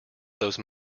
those